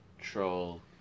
troll